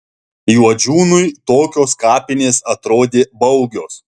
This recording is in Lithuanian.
juodžiūnui tokios kapinės atrodė baugios